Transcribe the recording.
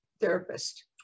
therapist